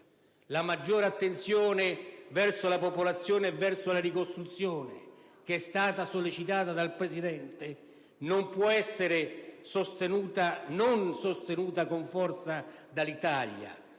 La maggiore attenzione verso la popolazione e la ricostruzione, che è stata sollecitata dal Presidente, non può non essere sostenuta con forza dall'Italia,